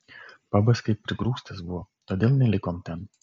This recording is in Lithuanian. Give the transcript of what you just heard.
pabas kaip prigrūstas buvo todėl nelikom ten